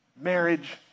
Marriage